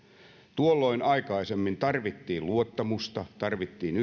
tuolloin aikaisemmin tarvittiin luottamusta tarvittiin